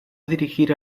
dirigir